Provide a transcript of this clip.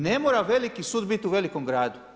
Ne mora veliki sud biti u velikom gradu.